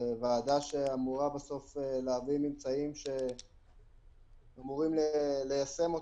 זו ועדה שאמורה בסוף להביא ממצאים שאמורים ליישם.